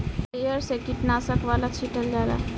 sprayer से कीटनाशक वाला छीटल जाला